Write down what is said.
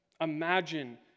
imagine